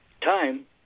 Time